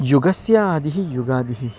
युगस्य आदिः युगादिः